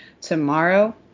tomorrow